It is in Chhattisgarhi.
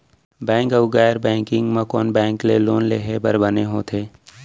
बैंक अऊ गैर बैंकिंग म कोन बैंक ले लोन लेहे बर बने होथे?